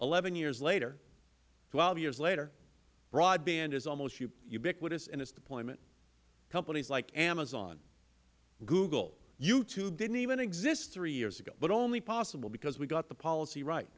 eleven years later twelve years later broadband is almost ubiquitous in its deployment companies like amazon google youtube didn't even exist three years ago but are only possible because we got the policy right